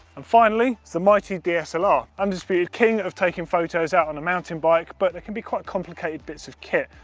and finally, the mighty dslr, undisputed king of taking photos out on a mountain bike, but it can be quite complicated bits of kit,